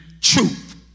truth